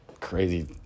crazy